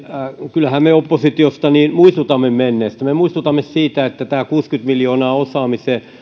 kyllähän me oppositiosta muistutamme menneestä me muistutamme siitä että tämä kuusikymmentä miljoonaa osaamiseen